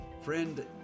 Friend